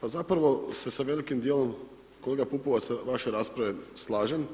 Pa zapravo se sa velikim dijelom kolega Pupovac vaše rasprave slažem